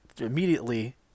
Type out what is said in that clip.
immediately